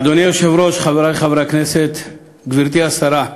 אדוני היושב-ראש, חברי חברי הכנסת, גברתי השרה,